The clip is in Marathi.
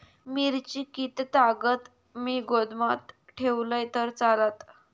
मिरची कीततागत मी गोदामात ठेवलंय तर चालात?